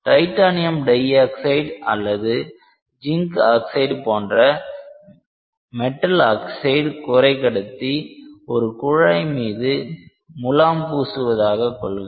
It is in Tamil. டைட்டானியம் டை ஆக்சைடு அல்லது ஜிங்க் ஆக்சைடு போன்ற மெட்டல் ஆக்சைடு குறைகடத்தி ஒரு குழாய் மீது முலாம் பூசுவதாக கொள்க